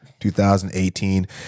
2018